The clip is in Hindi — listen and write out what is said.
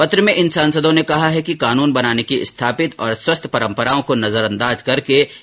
पंत्र में इन सांसदों ने कहा है कि कानून बनाने की स्थापित और स्वस्थ परम्पराओं को नजरअंदाज करके ऐसा किया गया है